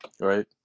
right